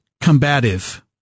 combative